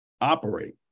operate